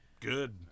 Good